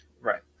Right